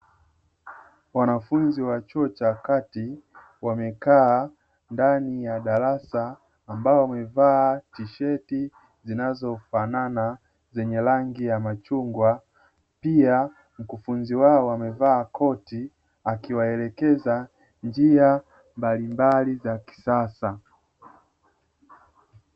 Wanafunzi wa chuo cha kati, wamekaa ndani ya darasa ambao wamevaa tisheti zinazofanana zenye rangi ya machungwa pia mkufunzi wao wamevaa koti akiwaelekeza njia mbalimbali za kisasa.